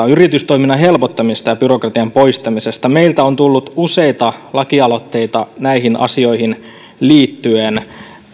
yritystoiminnan helpottamisesta ja byrokratian poistamisesta meiltä on tullut useita lakialoitteita näihin asioihin liittyen